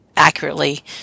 accurately